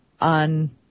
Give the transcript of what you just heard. on